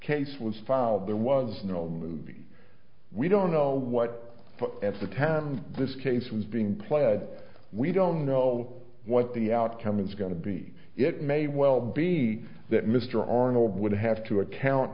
case was filed there was no movie we don't know what the tan this case was being pled we don't know what the outcome is going to be it may well be that mr arnold would have to account